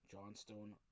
Johnstone